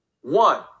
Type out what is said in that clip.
One